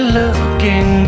looking